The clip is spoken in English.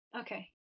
okay